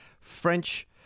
French